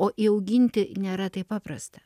o įauginti nėra taip paprasta